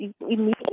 Immediately